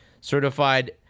certified